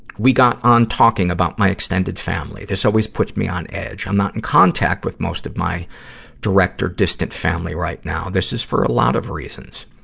we got on talking about my extended family. this always puts me on edge. i'm not in contact with most of my direct or distant family right now this is for a lot of reasons.